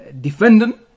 defendant